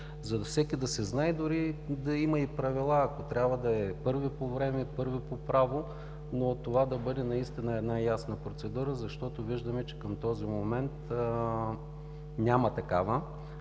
и всеки да си знае. Дори да има и правила, ако трябва, да е първи по време, първи по право, но това да бъде една ясна процедура, защото виждаме, че към този момент няма такава.